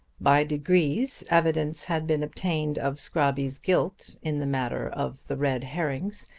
by degrees evidence had been obtained of scrobby's guilt in the matter of the red herrings,